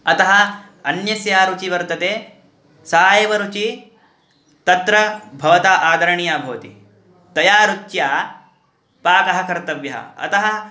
अतः अन्यस्य या रुचिः वर्तते सा एव रुचि तत्र भवता आदरणीया भवति तया रुच्या पाकः कर्तव्यः अतः